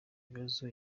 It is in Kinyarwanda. ibibazo